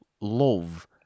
love